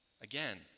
again